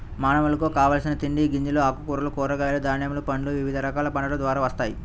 మానవులకు కావలసిన తిండి గింజలు, ఆకుకూరలు, కూరగాయలు, ధాన్యములు, పండ్లు వివిధ రకాల పంటల ద్వారా వస్తాయి